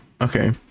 Okay